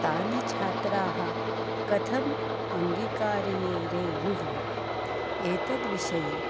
ते छात्राः कथम् अङ्गीकुर्युः रेयुः एतद्विषये